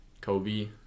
kobe